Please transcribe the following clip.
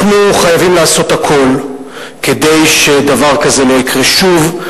אנחנו חייבים לעשות הכול כדי שדבר כזה לא יקרה שוב,